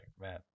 man